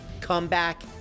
comeback